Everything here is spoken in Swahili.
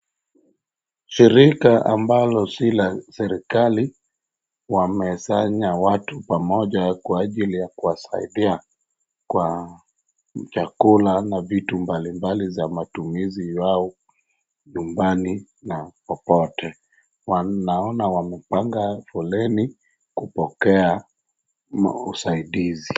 Shirika ambalo si la serikali wamesanya watu pamoja kwa ajiri ya kuwasaidia kwa chakula na vitu mbali mbali za matumizi yao nyumbani na popote. Wanaona wamepanga foleni kupokea usaidizi.